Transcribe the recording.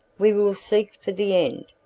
we will seek for the end,